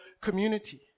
community